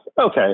Okay